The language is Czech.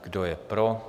Kdo je pro?